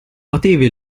motivi